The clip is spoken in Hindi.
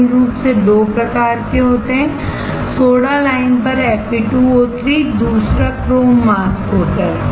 मूल रूप से दो प्रकार के होते हैं सोडा लाइम पर Fe2O3 दूसरा क्रोम मास्क होता है